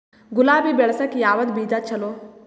ಗುಲಾಬಿ ಬೆಳಸಕ್ಕ ಯಾವದ ಬೀಜಾ ಚಲೋ?